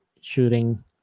shooting